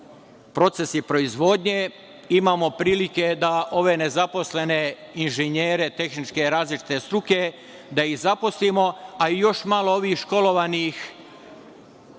procesi proizvodnje. Imamo prilike da ove nezaposlene inžinjere, tehničke, različite struke da ih zaposlimo, a još malo ovih školovanih